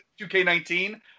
2K19